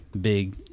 big